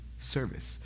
service